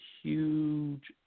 huge